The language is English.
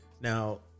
Now